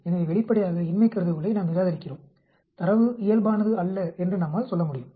எனவே வெளிப்படையாக இன்மை கருதுகோளை நாம் நிராகரிக்கிறோம் தரவு இயல்பானது அல்ல என்று நம்மால் சொல்ல முடியும்